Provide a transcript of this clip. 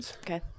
Okay